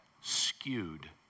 skewed